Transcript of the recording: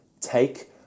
Take